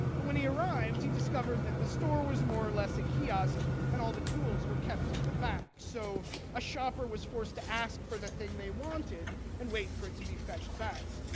but when he arrived, he discovered that the store was more or less a kiosk and all the tools were kept in the back so a shopper was forced to ask for the thing they wanted and wait for it to be fetched back.